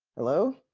hello.